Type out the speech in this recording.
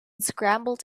scrambled